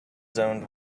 zoned